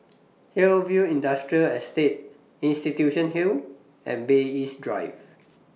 Hillview Industrial Estate Institution Hill and Bay East Drive